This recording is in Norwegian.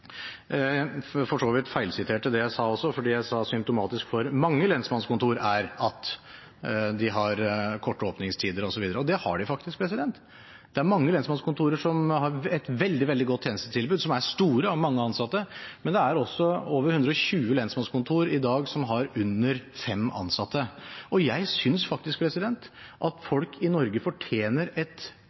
for så vidt feilsiterte det jeg sa, for jeg sa at symptomatisk for mange lensmannskontorer er at de har kort åpningstid, osv. Og det har de. Det er mange lensmannskontorer som har et veldig, veldig godt tjenestetilbud, som er store og har mange ansatte, men det er også over 120 lensmannskontorer i dag som har under 5 ansatte. Jeg synes faktisk at folk i Norge fortjener et